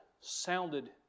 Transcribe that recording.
sounded